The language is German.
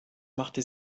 machte